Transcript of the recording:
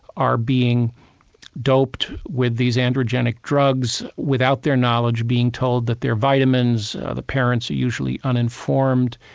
are being doped with these androgenic drugs without their knowledge, being told that they're vitamins. the parents are usually uninformed.